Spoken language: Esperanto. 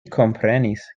komprenis